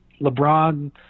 LeBron